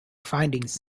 findings